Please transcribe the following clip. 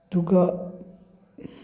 ꯑꯗꯨꯒ